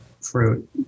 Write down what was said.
fruit